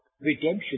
redemption